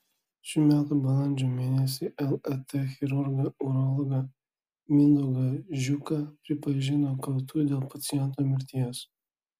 šių metų balandžio mėnesį lat chirurgą urologą mindaugą žiuką pripažino kaltu dėl paciento mirties